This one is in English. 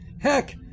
Heck